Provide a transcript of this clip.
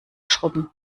schrubben